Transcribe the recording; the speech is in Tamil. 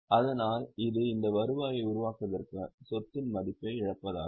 ஆனால் இது இந்த வருவாயை உருவாக்குவதற்கான சொத்தின் மதிப்பை இழப்பதாகும்